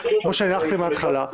כמו שאני הערכתי מההתחלה,